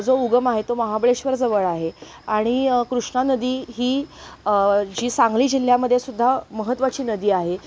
जो उगम आहे तो महाबळेश्वर जवळ आहे आणि कृष्णा नदी ही जी सांगली जिल्ह्यामध्ये सुद्धा महत्त्वाची नदी आहे